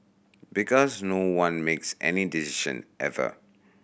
because no one makes any decision ever